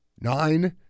nine